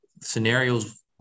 scenarios